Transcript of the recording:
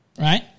right